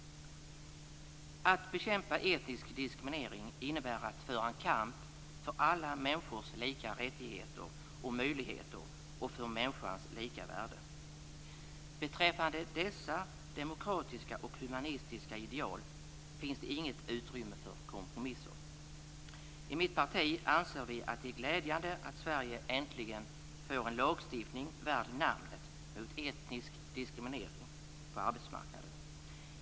Att bekämpa etnisk diskriminering innebär att föra en kamp för alla människors lika rättigheter och möjligheter och för människors lika värde. Beträffande dessa demokratiska och humanistiska ideal finns det inget utrymme för kompromisser. I mitt parti anser vi att det är glädjande att Sverige äntligen får en lagstiftning värd namnet mot etnisk diskriminering på arbetsmarknaden.